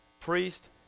priest